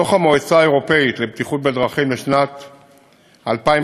דוח המועצה האירופית לבטיחות בדרכים לשנת 2015,